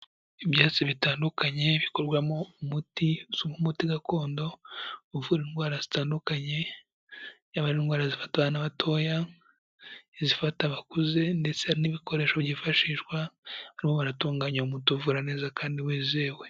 Ibyatsi bitandukanye bikorwamo umuti, umuti gakondo, uvura indwara zitandukanye, yaba ari indwara zifata abana batoya, izifata abakuze, ndetse hari n'ibikoresho byifashishwa barimo baratunganya uwo umuti uvura neza kandi wizewe.